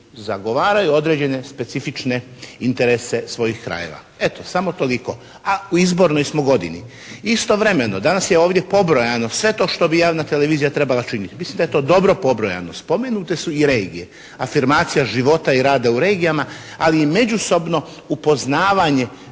zagovaraju određene specifične interese svojih krajeva. Eto, samo toliko, a u izbornoj smo godini. Istovremeno, danas je ovdje pobrojano sve to što bi javna televizija trebala činiti. Mislim da je to dobro pobrojano. Spomenute su i regije, afirmacija života i rada u regijama, ali i međusobno upoznavanje